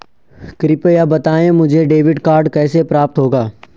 कृपया बताएँ मुझे डेबिट कार्ड कैसे प्राप्त होगा?